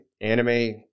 anime